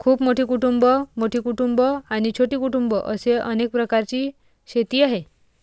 खूप मोठी कुटुंबं, मोठी कुटुंबं आणि छोटी कुटुंबं असे अनेक प्रकारची शेती आहे